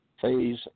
phase